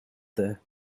there